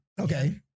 Okay